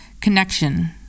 Connection